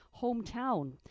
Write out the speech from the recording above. hometown